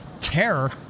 terror